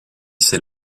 c’est